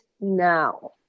now